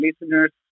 listeners